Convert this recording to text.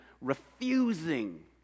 refusing